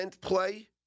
play